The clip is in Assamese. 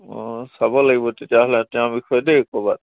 অঁ চাব লাগিব তেতিয়াহ'লে দেই তেওঁৰ বিষয়ে ক'ৰবাত